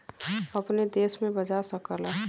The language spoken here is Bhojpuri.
अपने देश में भजा सकला